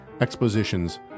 expositions